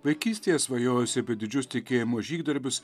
vaikystėje svajojusi apie didžius tikėjimo žygdarbius